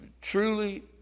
Truly